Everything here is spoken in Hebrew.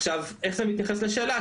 עכשיו, איך זה מתייחס לשאלה?